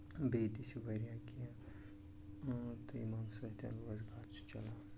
بیٚیہِ تہِ چھِ وارِیاہ کیٚنٛہہ تہٕ یِمو سۭتٮ۪ن روزگار چھُ چَلان